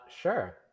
sure